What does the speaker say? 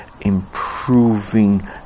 improving